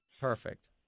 Perfect